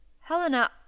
Helena